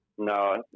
No